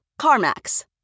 CarMax